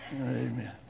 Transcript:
Amen